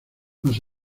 más